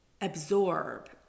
absorb